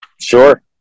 sure